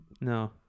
No